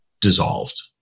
dissolved